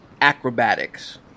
acrobatics